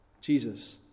Jesus